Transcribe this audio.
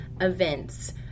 events